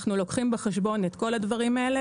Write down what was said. אנחנו לוקחים בחשבון את כל הדברים האלה